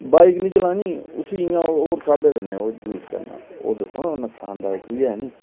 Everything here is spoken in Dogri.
बाईक नीं चलानी उसी होर हिसाबैं नै यूज़ करना ओह् दिक्खो हा नुक्सान दायक बी ऐ नीं